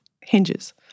hinges